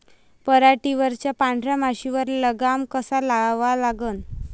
पराटीवरच्या पांढऱ्या माशीवर लगाम कसा लावा लागन?